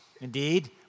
Indeed